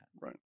right